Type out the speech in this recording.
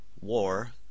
War